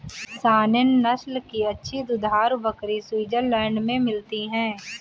Saanen नस्ल की अच्छी दुधारू बकरी स्विट्जरलैंड में मिलती है